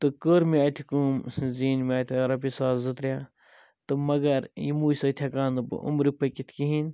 تہٕ کٔر مےٚ اَتہِ کٲم زیٖنۍ مےٚ اَتہِ ٲں رۄپیہ ساس زٕ ترےٚ تہٕ مگر یِمٕے سۭتۍ ہیٚکہٕ ہا نہٕ بہٕ عُمرٕ پٔکِتھ کِہیٖنۍ